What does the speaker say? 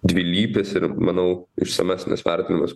dvilypis ir manau išsamesnis vertinimas